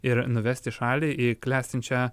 ir nuvesti šalį į klestinčią